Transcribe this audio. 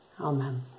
Amen